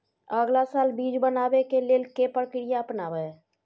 अगला साल बीज बनाबै के लेल के प्रक्रिया अपनाबय?